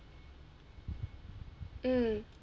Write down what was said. mm